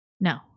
No